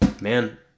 man